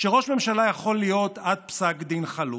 יפסיקו להתבזות,